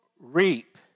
reap